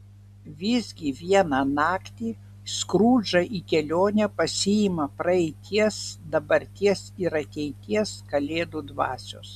visgi vieną naktį skrudžą į kelionę pasiima praeities dabarties ir ateities kalėdų dvasios